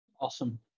Awesome